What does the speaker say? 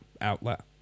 outlet